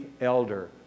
elder